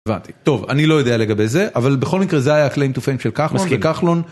טוב, אני לא יודע לגבי זה, אבל בכל מקרה זה היה הקליים טו פיים של כחלון